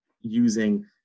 using